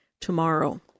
tomorrow